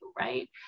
right